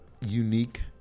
unique